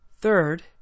Third